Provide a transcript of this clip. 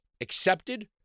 accepted